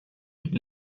une